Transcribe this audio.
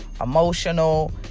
emotional